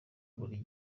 buri